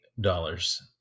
dollars